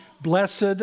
blessed